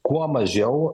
kuo mažiau